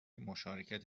مشارکت